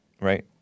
Right